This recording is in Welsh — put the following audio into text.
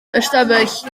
ystafell